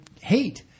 hate